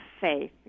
faith